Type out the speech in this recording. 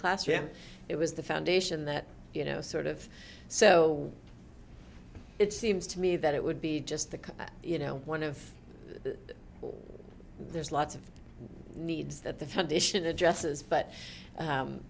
classroom it was the foundation that you know sort of so it seems to me that it would be just the you know one of the there's lots of needs that the foundation addresses but